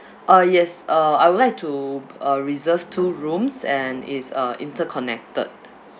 uh yes uh I would like to uh reserve two rooms and is uh interconnected